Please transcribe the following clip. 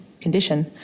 condition